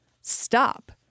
stop